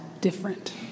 different